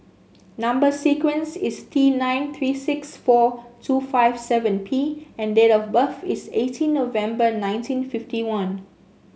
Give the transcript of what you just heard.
number sequence is T nine three six four two five seven P and date of birth is eighteen November nineteen fifty one